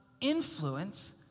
influence